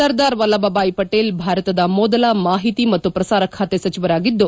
ಸರ್ದಾರ್ ವಲ್ಲಭಬಾಯಿ ಪಟೇಲ್ ಭಾರತದ ಮೊದಲ ಮಾಹಿತಿ ಮತ್ತು ಪ್ರಸಾರ ಖಾತೆ ಸಚಿವರಾಗಿದ್ದು